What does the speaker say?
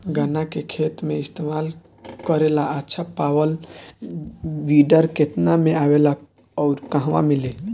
गन्ना के खेत में इस्तेमाल करेला अच्छा पावल वीडर केतना में आवेला अउर कहवा मिली?